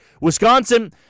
Wisconsin